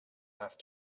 have